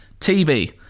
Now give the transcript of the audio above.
TV